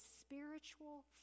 spiritual